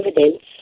evidence